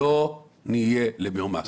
לא נהיה למרמס.